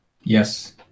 Yes